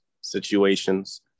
situations